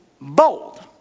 bold